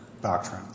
doctrine